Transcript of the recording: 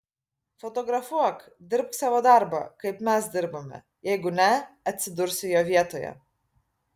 fotografuok dirbk savo darbą kaip mes dirbame jeigu ne atsidursi jo vietoje